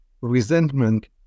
resentment